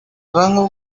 rango